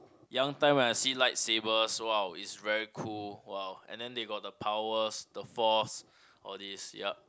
young time when I see lightsabers so !wow! it's very cool !wow! and then they got the powers the force all these yup